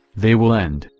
they will end,